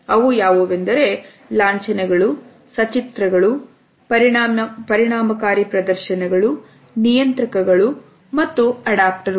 ಅವು ಯಾವುವೆಂದರೆ ಲಾಂಛನಗಳು ಸಚಿತ್ರಗಳು ಪರಿಣಾಮಕಾರಿ ಪ್ರದರ್ಶನಗಳು ನಿಯಂತ್ರಕಗಳು